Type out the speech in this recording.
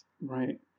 Right